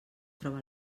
troba